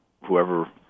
whoever